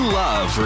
love